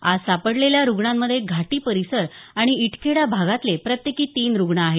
आज सापडलेल्या रुग्णांमधे घाटी परिसर आणि इटखेडा भागातले प्रत्येकी तीन रुग्ण आहेत